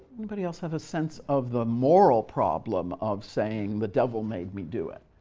anybody else have a sense of the moral problem of saying, the devil made me do it?